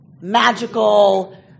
magical